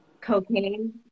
cocaine